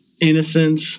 innocence